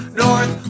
north